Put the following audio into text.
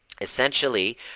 essentially